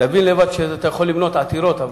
תבין לבד שאתה יכול לבנות עתירות,